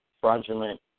fraudulent